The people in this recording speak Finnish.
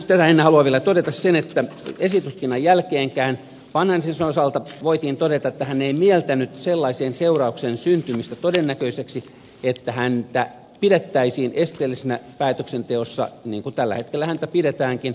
tätä ennen haluan vielä todeta sen että vanhasen osalta voitiin todeta että hän ei esitutkinnan jälkeenkään mieltänyt sellaisen seurauksen syntymistä todennäköiseksi että häntä pidettäisiin esteellisenä päätöksenteossa niin kuin häntä tällä hetkellä pidetäänkin